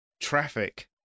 traffic